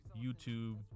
YouTube